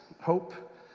hope